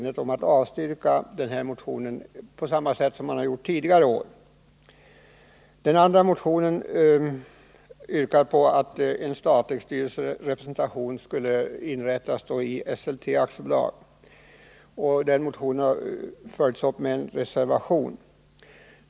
I den andra motionen yrkas att statlig styrelserepresentation införs i Esselte AB. Den motionen har följts upp i en reservation.